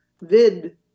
vid